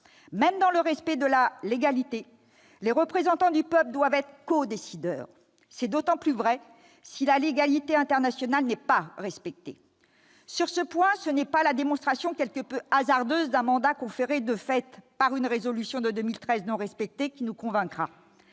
Même dans le respect de la légalité, les représentants du peuple doivent être codécideurs, et c'est d'autant plus vrai si la légalité internationale n'est pas respectée ! Sur ce point, ce n'est pas la démonstration quelque peu hasardeuse d'un mandat conféré, de fait, par une résolution de 2013 non respectée, qui nous convaincra.